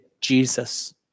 Jesus